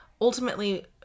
ultimately